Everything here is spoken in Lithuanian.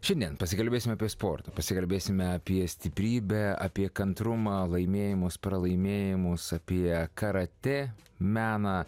šiandien pasikalbėsime apie sportą pasikalbėsime apie stiprybę apie kantrumą laimėjimus pralaimėjimus apie karatė meną